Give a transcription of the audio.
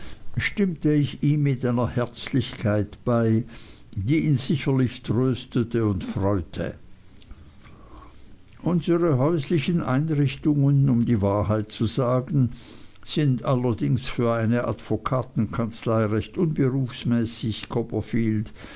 stimmte ich ihm mit einer herzlichkeit bei die ihn sichtlich tröstete und freute unsere häuslichen einrichtungen um die wahrheit zu sagen sind allerdings für eine advokatenkanzlei recht unberufsmäßig copperfield